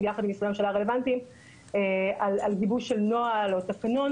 יחד עם הממשלה הרלוונטיים על גיבוש של נוהל או תקנון